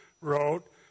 wrote